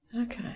Okay